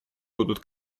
будут